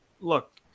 Look